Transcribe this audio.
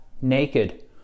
naked